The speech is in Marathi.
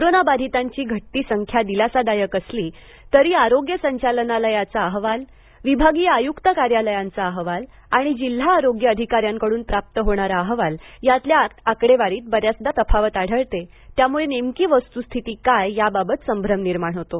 कोरोना बाधितांची घटती संख्या दिलासादायक असली तरी आरोग्य संचालनालयाचा अहवाल विभागीय आयुक्त कार्यालयांचा अहवाल आणि जिल्हा आरोग्य अधिकाऱ्यांकडून प्राप्त होणारा अहवाल यातल्या आकडेवारीत बऱ्याचदा तफावत आढळते त्यामुळे नेमकी वस्तूस्थिती काय याबाबत संभ्रम निर्माण होतो